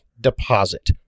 deposit